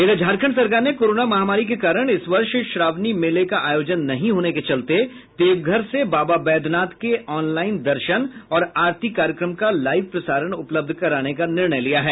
इधर झारखंड सरकार ने कोरोना महामारी के कारण इस वर्ष श्रावणी मेले के आयोजन नहीं होने के चलते देवघर से बाबा बैद्यनाथ के ऑनलाइन दर्शन और आरती कार्यक्रम का लाइव प्रसारण उपलब्ध कराने का निर्णय लिया है